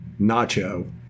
Nacho